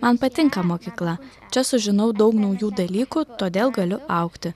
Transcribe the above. man patinka mokykla čia sužinau daug naujų dalykų todėl galiu augti